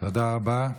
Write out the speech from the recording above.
תודה רבה.